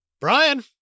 Brian